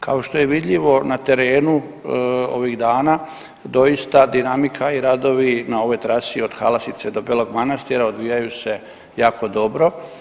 Kao što je vidljivo na terenu ovih dana doista dinamika i radovi na ovoj trasi od Halastice do Belog Manastira odvijaju se jako dobro.